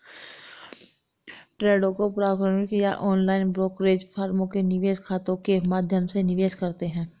ट्रेडों को पारंपरिक या ऑनलाइन ब्रोकरेज फर्मों के निवेश खातों के माध्यम से निवेश करते है